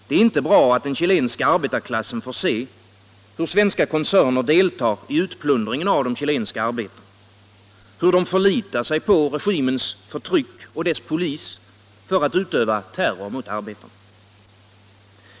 Det är inte bra att den chilenska arbetarklassen får se hur svenska koncerner deltar i utplundringen av de chilenska arbetarna, hur de förlitar sig på regimens förtryck och dess polis för att utöva terror mot arbetarna.